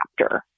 chapter